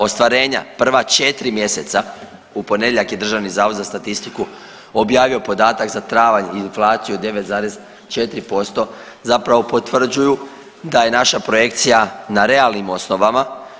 Ostvarenja prva četiri mjeseca, u ponedjeljak je Državni zavod za statistiku objavio podatak za travanj i inflaciju od 9,4% zapravo potvrđuju da je naša projekcija na realnim osnovama.